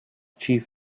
chief